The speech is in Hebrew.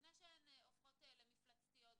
לפני שהם הופכים למפלצתיות.